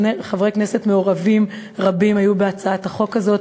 חברי כנסת מעורבים רבים היו בהצעת החוק הזאת,